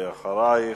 אחרייך,